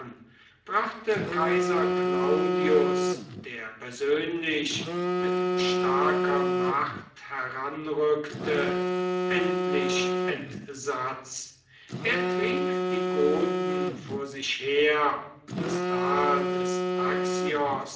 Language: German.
brachte kaiser claudius der persönlich mit starker macht heranrückte endlich entsatz er trieb die goten vor sich her das tal des